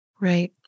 Right